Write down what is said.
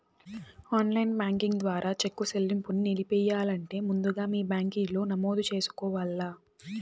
online banking ద్వారా చెక్కు సెల్లింపుని నిలిపెయ్యాలంటే ముందుగా మీ బ్యాంకిలో నమోదు చేసుకోవల్ల